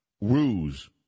Ruse